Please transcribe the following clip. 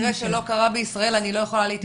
זה לא קרה בישראל, אני לא יכולה להתייחס לזה.